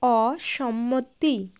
অসম্মতি